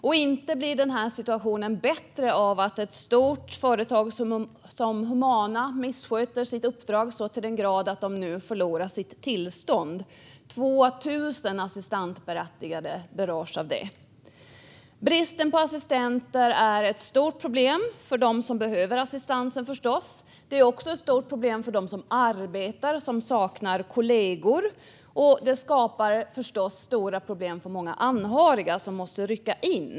Och inte blir situationen bättre av att ett stort företag som Humana missköter sitt uppdrag så till den grad att de nu förlorar sitt tillstånd. Det är 2 000 assistansberättigade som berörs av detta. Bristen på assistenter är förstås ett stort problem för dem som behöver assistansen. Det är också ett stort problem för dem som arbetar, som saknar kollegor. Det skapar naturligtvis även stora problem för många anhöriga, som måste rycka in.